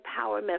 empowerment